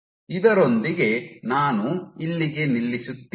ಅದರೊಂದಿಗೆ ನಾನು ಇಲ್ಲಿಗೆ ನಿಲ್ಲಿಸುತ್ತೀನಿ